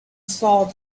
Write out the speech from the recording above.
saw